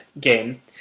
Game